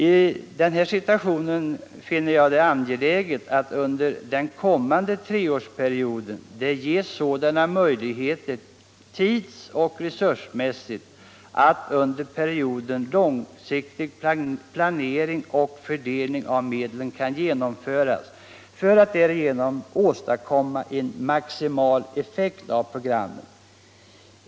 I denna situation finner jag det angeläget att det under den kommande treårsperioden ges sådana möjligheter tids och resursmässigt att under perioden långsiktig planering och fördelning av medlen kan genomföras för att därigenom åstadkomma maximal effekt av programmet.